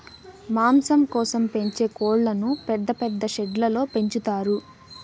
మాంసం కోసం పెంచే కోళ్ళను పెద్ద పెద్ద షెడ్లలో పెంచుతారు